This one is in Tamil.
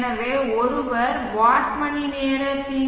எனவே ஒருவர் வாட் மணிநேர பி